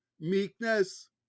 meekness